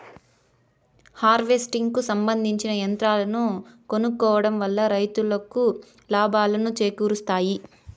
harvesting కు సంబందించిన యంత్రాలను కొనుక్కోవడం వల్ల రైతులకు లాభాలను చేకూరుస్తాయి